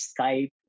Skype